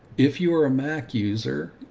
if you are a mac user,